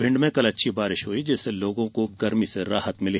भिंड में कल अच्छी बारिश हुई जिससे लोगों को गर्मी से राहत मिली